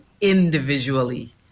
individually